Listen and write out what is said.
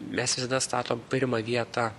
mes visada statom pirmą vietą